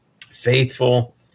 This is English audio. faithful